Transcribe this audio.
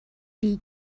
die